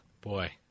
Boy